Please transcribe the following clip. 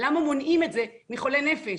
למה מונעים את זה מחולי נפש?